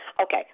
Okay